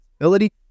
ability